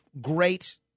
great –